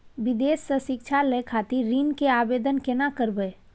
विदेश से शिक्षा लय खातिर ऋण के आवदेन केना करबे?